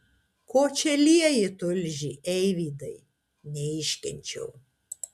ko čia lieji tulžį eivydai neiškenčiau